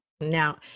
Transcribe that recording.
Now